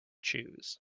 choose